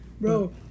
Bro